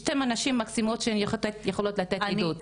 שתיהן נשים מקסימות שיכולות לתת עדות.